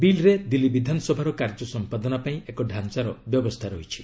ବିଲ୍ରେ ଦିଲ୍ଲୀ ବିଧାନସଭାର କାର୍ଯ୍ୟ ସମ୍ପାଦନା ପାଇଁ ଏକ ଡାଞ୍ଚାର ବ୍ୟବସ୍ଥା ରହିଛି